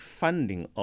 funding